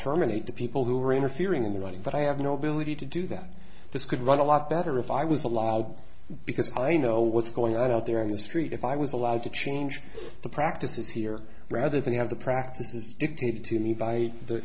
terminate the people who are interfering in the writing but i have no ability to do that this could run a lot better if i was allowed because i know what's going on out there on the street if i was allowed to change the practices here rather than have the practices dictated to me by the